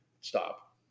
Stop